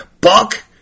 Buck